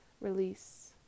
release